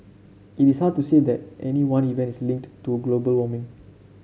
it is hard to say that any one events is linked to global warming